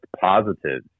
positive